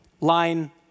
line